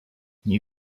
nie